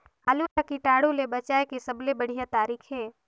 आलू ला कीटाणु ले बचाय के सबले बढ़िया तारीक हे?